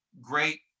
great